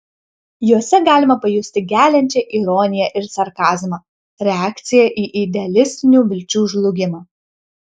juose galima pajusti geliančią ironiją ir sarkazmą reakciją į idealistinių vilčių žlugimą